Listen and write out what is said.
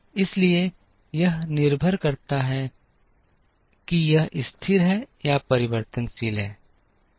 इसलिए यह निर्भर करता है कि यह स्थिर है या परिवर्तनशील है कार्यबल निर्णय किए जाते हैं